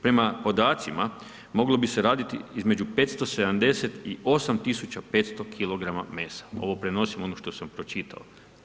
Prema podacima moglo bi se raditi između 578 tisuća 500 kg mesa, ovo prenosim ono što sam pročitao.